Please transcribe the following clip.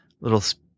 little